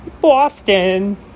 Boston